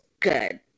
good